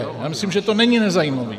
Já myslím, že to není nezajímavé.